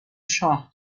شاه